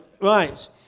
Right